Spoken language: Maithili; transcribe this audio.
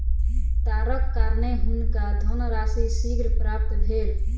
तारक कारणेँ हुनका धनराशि शीघ्र प्राप्त भेल